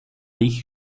ich